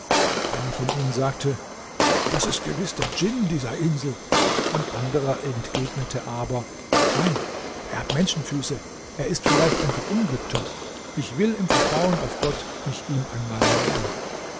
einer von ihnen sagte das ist gewiß der djinn dieser insel ein anderer entgegnete aber nein er hat menschenfüße es ist vielleicht ein verunglückter ich will im vertrauen auf gott mich ihm einmal nähern